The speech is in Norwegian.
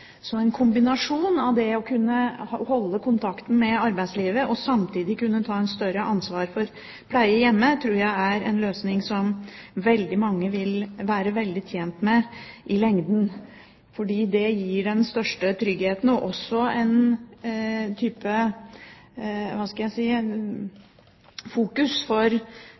Så en kombinasjon av det å kunne holde kontakten med arbeidslivet og samtidig kunne ta et større ansvar for pleie hjemme tror jeg er en løsning som veldig mange vil være veldig tjent med i lengden. Det gir den største tryggheten og også en type – hva skal jeg si – fokus for